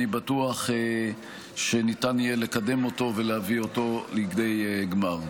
אני בטוח שניתן יהיה לקדם אותו ולהביא אותו לכדי גמר.